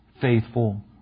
faithful